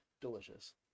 delicious